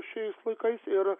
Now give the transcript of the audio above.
šiais laikais ir